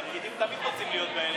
כי הפקידים תמיד רוצים להיות אלה ששולטים.